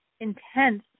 intense